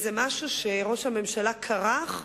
זה משהו שראש הממשלה כרך.